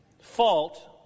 fault